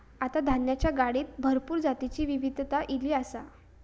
आता धान्याच्या गाडीत भरपूर जातीची विविधता ईली आसा